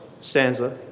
stanza